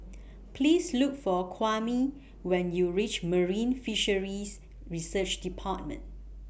Please Look For Kwame when YOU REACH Marine Fisheries Research department